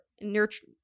nurture